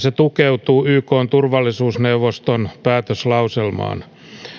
se tukeutuu ykn turvallisuusneuvoston päätöslauselmaan